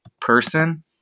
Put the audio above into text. person